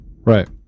Right